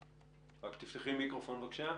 בבקשה.